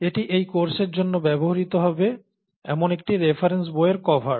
এটি এই কোর্সের জন্য ব্যবহৃত হবে এমন একটি রেফারেন্স বইয়ের কভার